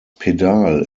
pedal